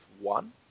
one